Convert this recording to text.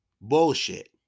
Bullshit